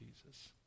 Jesus